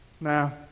now